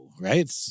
right